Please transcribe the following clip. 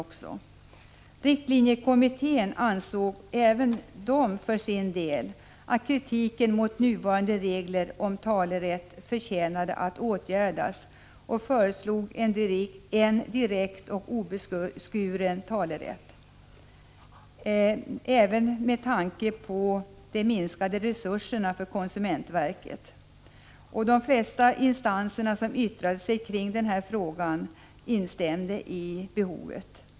Även riktlinjekommittén ansåg för sin del att kritiken mot nuvarande regler om talerätt förtjänade att åtgärdas och föreslog en direkt och obeskuren talerätt. Även med tanke på de minskade resurserna för konsumentverket har de flesta remissinstanser instämt.